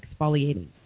exfoliating